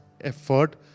effort